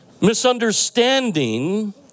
Misunderstanding